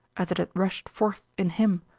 as it had rushed forth in him,